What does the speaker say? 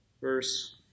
verse